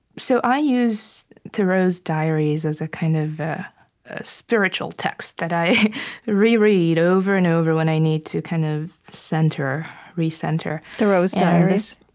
so i use thoreau's diaries as a kind of a spiritual text that i reread over and over when i need to kind of re-center thoreau's diaries?